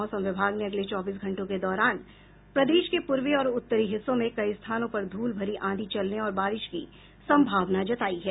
मौसम विभाग ने अगले चौबीस घंटों के दौरान प्रदेश के पूर्वी और उत्तरी हिस्सों में कई स्थानों पर ध्रल भरी आंधी चलने और बारिश की संभावना जतायी है